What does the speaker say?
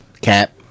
Cap